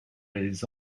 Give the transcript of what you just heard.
des